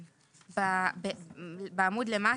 למטה.